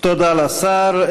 תודה לשר.